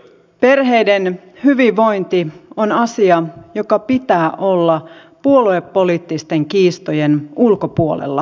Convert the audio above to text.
perheiden hyvinvointi on asia jonka pitää olla puoluepoliittisten kiistojen ulkopuolella